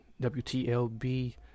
WTLB